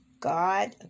God